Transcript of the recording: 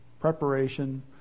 preparation